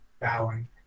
bowing